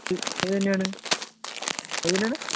ഇതു തന്നെയാണ് ഇതു തന്നെയാണ്